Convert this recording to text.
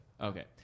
Okay